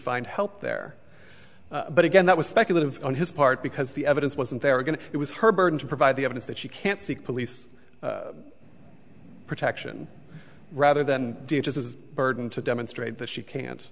find help there but again that was speculative on his part because the evidence wasn't there were going to it was her burden to provide the evidence that she can't seek police protection rather than d h is a burden to demonstrate that she can't